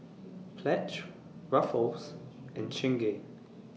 Pledge Ruffles and Chingay